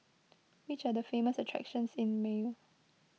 which are the famous attractions in Male